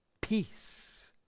peace